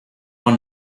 are